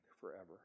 forever